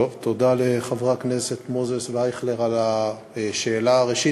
תודה לחברי הכנסת מוזס ואייכלר על השאלה הראשית.